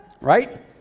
right